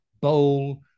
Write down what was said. bowl